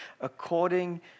according